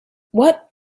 what